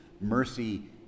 Mercy